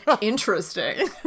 Interesting